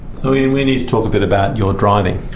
so ean, we need to talk a bit about your driving,